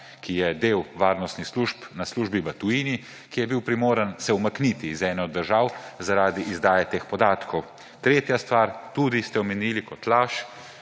ki je del varnostnih služb na službi v tujini, ki se je bil primoran umakniti iz ene od držav zaradi izdaje teh podatkov. Tretja stvar, ki ste jo tudi omenili kot laž,